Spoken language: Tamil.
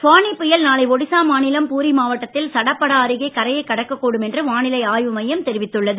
ஃபானி புயல் நாளை ஒடிசா மாநிலம் பூரி மாவட்டத்தில் சடப்படா அருகே கரையை கடக்கக்கூடும் என்று வானிலை ஆய்வு மையம் தெரிவித்துள்ளது